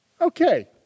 Okay